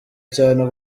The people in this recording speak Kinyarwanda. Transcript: cyane